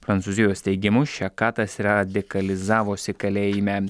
prancūzijos teigimu šekatas radikalizavosi kalėjime